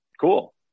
Cool